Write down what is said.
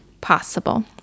possible